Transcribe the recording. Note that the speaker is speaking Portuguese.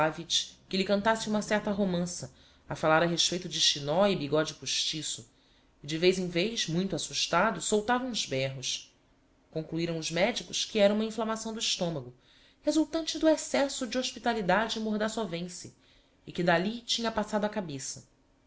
stanislavitch que lhe cantasse uma certa romança a fallar a respeito de chinó e bigode postiço e de vez em vez muito assustado soltava uns berros concluiram os medicos que era uma inflammação do estomago resultante do excesso de hospitalidade mordassovense e que d'ali tinha passado á cabeça